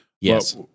Yes